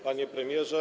Panie Premierze!